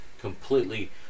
completely